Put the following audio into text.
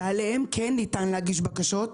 ועליהם כן ניתן להגיש בקשות?